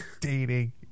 Dating